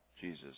Jesus